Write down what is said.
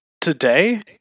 today